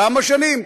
כמה שנים?